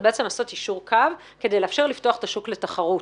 בעצם לעשות יישור קו כדי לאפשר לפתוח את השוק לתחרות.